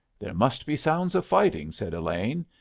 there must be sounds of fighting, said elaine.